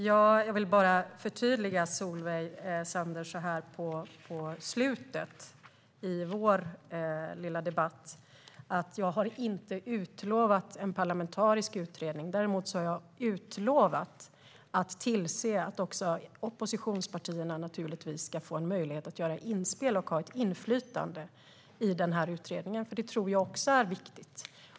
Fru talman! Så här i slutet av vårt replikskifte vill jag förtydliga för Solveig Zander att jag inte har utlovat en parlamentarisk utredning. Däremot har jag lovat att tillse att också oppositionspartierna ska få möjlighet att göra inspel och ha ett inflytande i utredningen. Det tror nämligen även jag är viktigt.